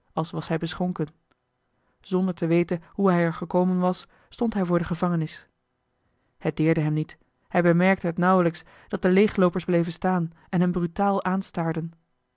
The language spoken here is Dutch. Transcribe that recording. als was hij beschonken zonder te weten hoe hij er gekomen was stond hij voor de gevangenis het deerde hem niet hij bemerkte het nauwelijks dat de leegloopers bleven staan en hem brutaal aanstaarden